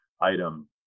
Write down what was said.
item